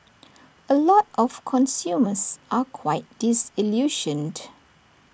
A lot of consumers are quite disillusioned